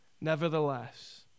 Nevertheless